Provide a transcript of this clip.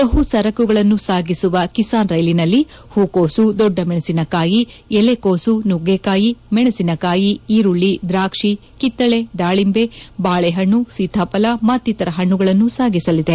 ಬಹು ಸರಕುಗಳನ್ನು ಸಾಗಿಸುವ ಕಿಸಾನ್ ರೈಲಿನಲ್ಲಿ ಹೂಕೋಸು ದೊಡ್ಡ ಮೆಣಸಿನಕಾಯಿ ಎಲೆಕೋಸು ನುಗ್ಗೆಕಾಯಿ ಮೆಣಸಿನಕಾಯಿ ಈರುಳ್ಳಿ ದ್ರಾಕ್ಷಿ ಕಿತ್ತಳೆ ದಾಳಿಂಬೆ ಬಾಳೆಹಣ್ಣು ಸೀತಾಫಲ ಮತ್ತಿತರ ಹಣ್ಣುಗಳನ್ನು ಸಾಗಿಸಲಿದೆ